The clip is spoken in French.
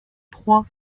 trois